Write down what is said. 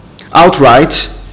outright